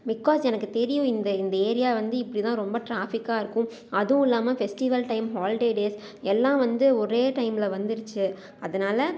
because எனக்கு தெரியும் இந்த இந்த ஏரியா வந்து இப்படிதான் ரொம்ப ட்ராபிக்காக இருக்கும் அதுவும் இல்லாம ஃபெஸ்டிவல் டைம் ஹாலிடே டேஸ் எல்லாம் வந்து ஒரே டைமில் வந்துருச்சு அதனால்